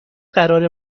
قرار